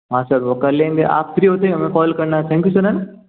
हाँ सर वह कर लेंगे आप फ़्री होते ही हमें कॉल करना थैंक यू सर न